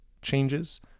Changes